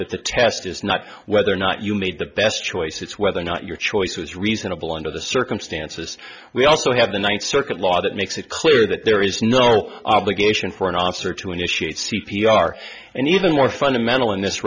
that the test is not whether or not you made the best choice it's whether or not your choice was reasonable under the circumstances we also have the ninth circuit law that makes it clear that there is no obligation for an officer to initiate c p r and even more fundamental in this